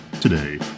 Today